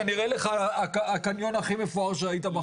זה נראה לך הקניין הכי מפואר שראית בחיים שלך.